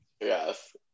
Yes